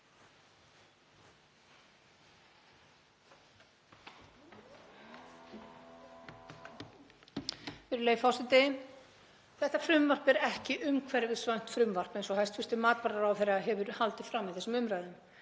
Þetta frumvarp er ekki umhverfisvænt frumvarp eins og hæstv. matvælaráðherra hefur haldið fram í þessum umræðum.